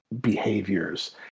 behaviors